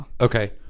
okay